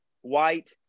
white